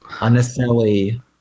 unnecessarily